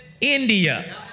India